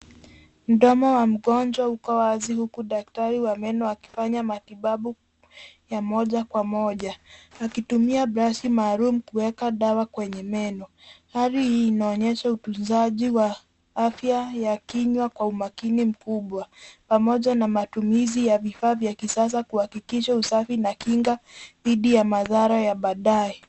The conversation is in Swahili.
Mdomo wa mgonjwa uko wa wazi huku daktari wa meno akifanya matibabu ya moja kwa moja, akitumia brashi maalum kuweka dawa kwenye meno. Hali hii inaonyesha utunzaji wa afya ya kinywa kwa umakini mkubwa, pamoja na matumizi ya vifaa vya kisasa kuhakikisha usafi na kinga dhidi ya madhara ya baadaye.